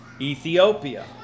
ethiopia